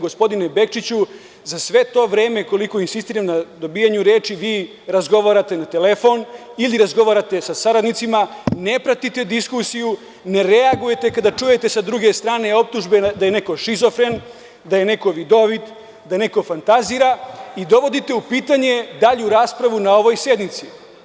Gospodine Bečiću, za sve to vreme, koliko insistiram na dobijanju reči, vi razgovarate na telefon, ili razgovarate sa saradnicima, ne pratite diskusiju, ne reagujete kada čujete sa druge strane optužbe da je neko šizofren, da je neko vidovit, da neko fantazira i dovodite u pitanje dalju raspravu na ovoj sednici.